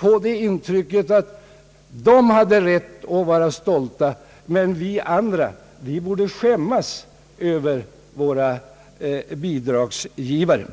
få intrycket att statsministern och kretsen kring honom hade rätt att vara stolta, medan vi andra borde skämmas över våra bidragsgivare.